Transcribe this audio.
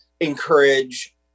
encourage